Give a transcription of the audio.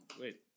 Wait